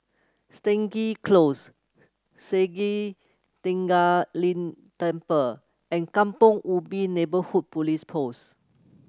Stangee Close Sakya Tenphel Ling Temple and Kampong Ubi Neighbourhood Police Post